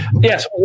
yes